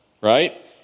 Right